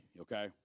Okay